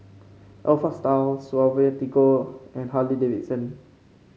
Alpha Style Suavecito and Harley Davidson